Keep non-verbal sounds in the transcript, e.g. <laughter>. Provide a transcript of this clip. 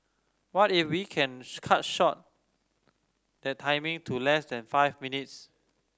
what if we can <unintelligible> cut short that timing to less than five minutes